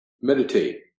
meditate